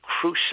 crucial